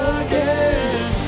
again